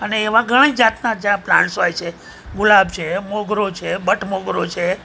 અને એવા ઘણાંય જાતના ત્યાં પ્લાન્ટ્સ હોય છે ગુલાબ છે મોગરો છે બટમોગરો છે